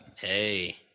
Hey